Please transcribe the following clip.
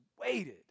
waited